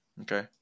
Okay